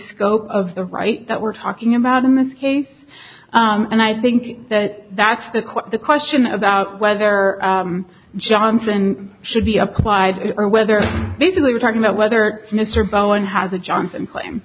scope of the right that we're talking about in this case and i think that that's the quote the question about whether johnson should be applied or whether basically we're talking about whether mr bowen has a johnson claim